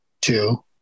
two